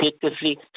effectively